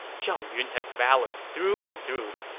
zhao yun has valor through and through!